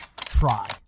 try